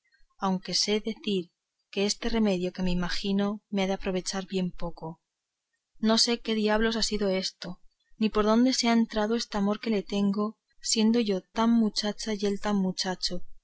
aunque sé decir que este remedio que me imagino me ha de aprovechar bien poco no sé qué diablos ha sido esto ni por dónde se ha entrado este amor que le tengo siendo yo tan muchacha y él tan muchacho